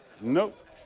Nope